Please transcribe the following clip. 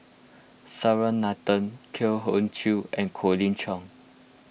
S R Nathan Koh Eng Kian and Colin Cheong